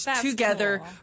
together